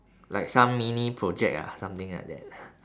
like some mini project ah something like that